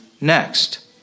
next